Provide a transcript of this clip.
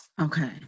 Okay